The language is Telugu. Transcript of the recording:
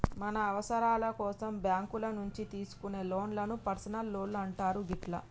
మన అవసరాల కోసం బ్యేంకుల నుంచి తీసుకునే లోన్లను పర్సనల్ లోన్లు అంటారు గిట్లా